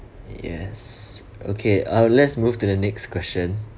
yes okay uh let's move to the next question